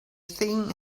thing